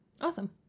Awesome